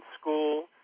school